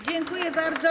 Dziękuję bardzo.